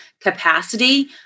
capacity